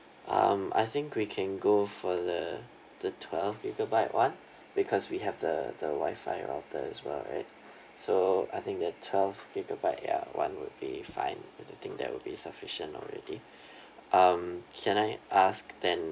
um I think we can go for the the twelve gigabyte one because we have the the wi-fi router as well right so I think that twelve gigabyte ya one would be fine I would think that would be sufficient already um can I ask then